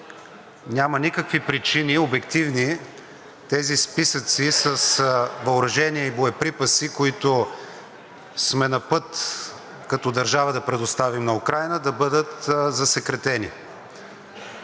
няма никакви обективни причини тези списъци с въоръжение и боеприпаси, които сме напът като държава да предоставим на Украйна, да бъдат засекретени.